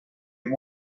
amb